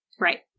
Right